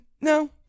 No